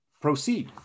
Proceed